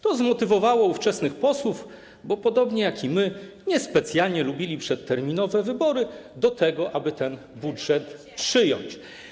To zmotywowało ówczesnych posłów, którzy podobnie jak i my niespecjalnie lubili przedterminowe wybory, do tego, aby ten budżet przyjąć.